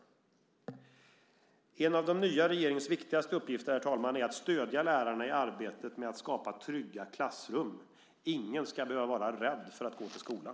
Herr talman! En av den nya regeringens viktigaste uppgifter är att stödja lärarna i arbetet med att skapa trygga klassrum. Ingen ska behöva vara rädd för att gå i skolan.